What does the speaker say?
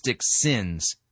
sins